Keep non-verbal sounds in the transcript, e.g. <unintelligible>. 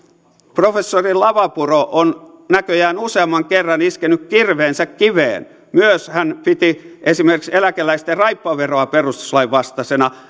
professori lavapuro on näköjään useamman kerran iskenyt kirveensä kiveen hän piti myös esimerkiksi eläkeläisten raippaveroa perustuslain vastaisena <unintelligible>